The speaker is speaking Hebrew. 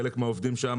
חלק מהעובדים שם,